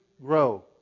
grow